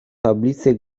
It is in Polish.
tablice